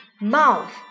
mouth